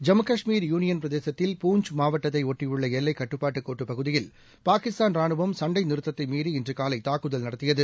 ஜம்மு காஷ்மீர் யூனியன்பிரதேசத்தில் பூஞ்ச் மாவட்டத்தை பொட்டியுள்ள எல்லைக்கட்டுப்பாட்டு கோட்டுப் பகுதியில் பாகிஸ்தூன் ரானுவம் சண்டை நிறுத்தத்தை மீறி இன்று காலை தாக்குதல் நடத்தியது